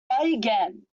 again